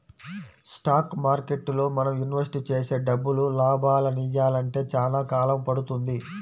stock మార్కెట్టులో మనం invest చేసే డబ్బులు లాభాలనియ్యాలంటే చానా కాలం పడుతుంది